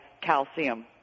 calcium